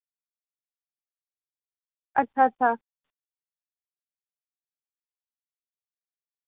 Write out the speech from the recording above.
अच्छा अच्छा